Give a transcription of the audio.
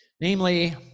namely